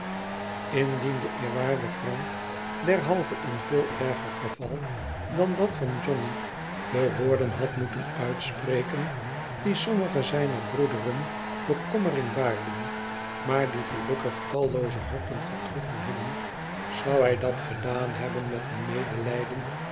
indien de eerwaarde frank derhalve in veel erger geval dan dat van johnny de woorden had moeten uitspreken die sommigen zijner broederen bekommering baarden maar die gelukkig tallooze harten getroffen hebben zou hij dat gedaan hebben met een medelijdend